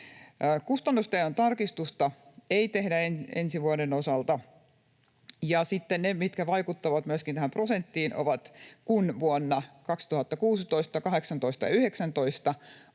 Kustannustenjaon tarkistusta ei tehdä ensi vuoden osalta, ja sitten se, mikä vaikuttaa myöskin tähän prosenttiin, on se, kun vuosina 2016, 2018 ja 2019